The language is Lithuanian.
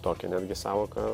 tokią netgi sąvoką